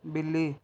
ਬਿੱਲੀ